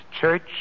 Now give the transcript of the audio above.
church